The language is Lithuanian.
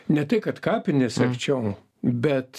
ne tai kad kapinės arčiau bet